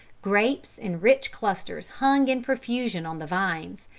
grapes in rich clusters hung in profusion on the vines,